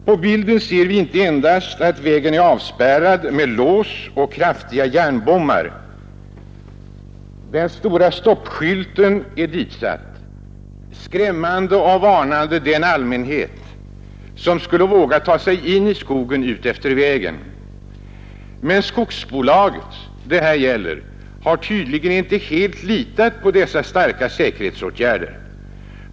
På bilden ser man inte endast att vägen är avspärrad med lås och kraftiga järnbommar — det har också satts dit en stor stoppskylt, skrämmande och varnande den allmänhet som till äventyrs skulle våga ta sig in i skogen utefter vägen. Men skogsbolaget har tydligen inte helt litat på dessa starka säkerhetsåtgärder.